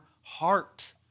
heart